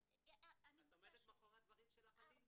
את עומדת מאחורי הדברים שלך, אלין?